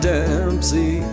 Dempsey